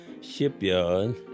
shipyard